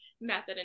method